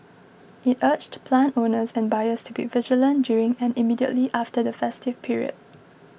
it urged plant owners and buyers to be vigilant during and immediately after the festive period